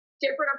different